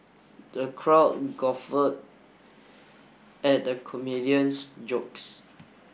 the crowd guffaw at the comedian's jokes